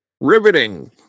Riveting